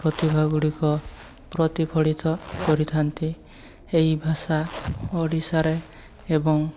ପ୍ରତିଭା ଗୁଡ଼ିକ ପ୍ରତିଫଳିତ କରିଥାନ୍ତି ଏହି ଭାଷା ଓଡ଼ିଶାରେ ଏବଂ